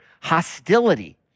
hostility